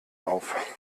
auf